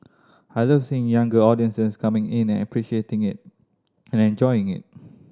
I love seeing younger audiences coming in and appreciating it and enjoying it